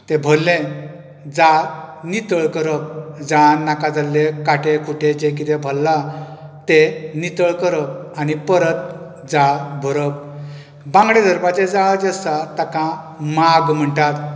तें भरले जाळ नितळ करप जाळान नाका जाल्ले काटे कूटे कितें भल्लाते नितळ करप आनी परत जाळ भरप बांगडे धरपाचे जाळ जे आसता ताका माग म्हणटात